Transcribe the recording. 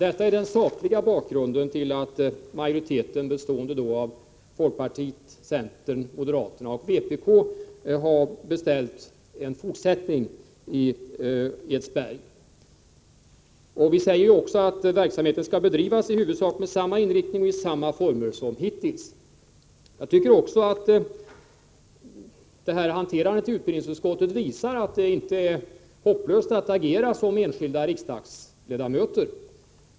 Detta är den sakliga bakgrunden till att majoriteten, bestående av folkpartiet, centern, moderaterna och vpk, har beställt en fortsättning i Edsberg. Vi säger också att verksamheten skall bedrivas i huvudsak med samma inriktning och i samma former som hittills. Jag tycker att hanteringen av frågan i utbildningsutskottet visar att det inte är hopplöst att agera som enskilda riksdagsledamöter.